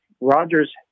Rogers